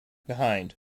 behind